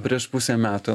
prieš pusę metų